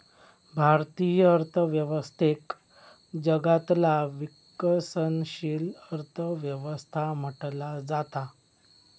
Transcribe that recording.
भारतीय अर्थव्यवस्थेक जगातला विकसनशील अर्थ व्यवस्था म्हटला जाता